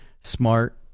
smart